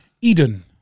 Eden